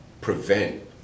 prevent